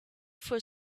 for